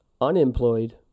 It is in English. unemployed